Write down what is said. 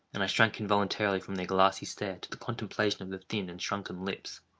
and i shrank involuntarily from their glassy stare to the contemplation of the thin and shrunken lips.